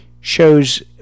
shows